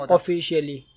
Officially